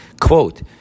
quote